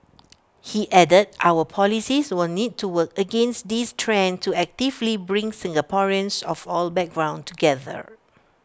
he added our policies will need to work against this trend to actively bring Singaporeans of all background together